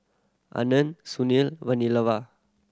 Anand Sunil